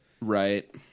Right